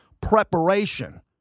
preparation